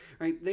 right